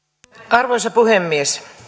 arvoisa puhemies